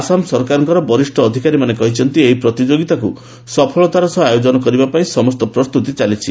ଆସାମ ସରକାରଙ୍କର ବରିଷ୍ଠ ଅଧିକାରୀମାନେ କହିଛନ୍ତି ଏହି ପ୍ରତିଯୋଗିତାକୁ ସଫଳତାର ସହ ଆୟୋଜନ କରିବା ପାଇଁ ସମସ୍ତ ପ୍ରସ୍ତୁତି ଚାଲିଛି